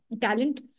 talent